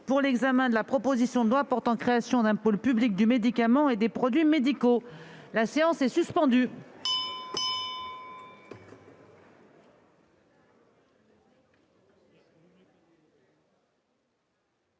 après l'examen de la proposition de loi portant création d'un pôle public du médicament et des produits médicaux, nous